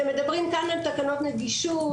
אתם מדברים כאן על תקנות נגישות,